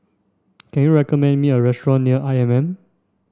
can you recommend me a restaurant near I M M